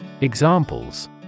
Examples